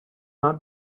not